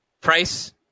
Price